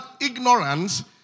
ignorance